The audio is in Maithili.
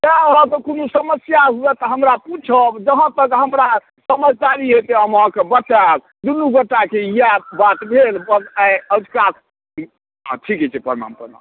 तैं अहाँके कोनो समस्या हुए तऽ हमरा पुछब जहाँ तक हमरा समझदारी होयतै हम अहाँके बताएब दुनू गोटाके इएह बात भेल बस आइ अझुका ठीके छै प्रणाम प्रणाम